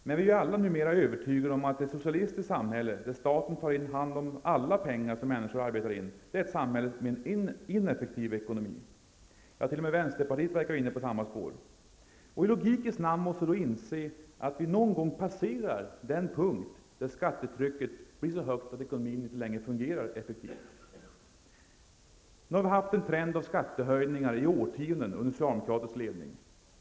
Men vi är ju alla numera övertygade om att ett socialistiskt samhälle, där staten tar hand om alla pengar som människor arbetar in, är ett samhälle med en ineffektiv ekonomi. T.o.m. vänsterpartiet verkar vara inne på samma spår. I logikens namn måste vi då inse att vi någon gång passerar den punkt där skattetrycket blir så högt att ekonomin inte längre fungerar effektivt. Nu har vi i årtionden haft en trend av skattehöjningar under socialdemokratisk ledning.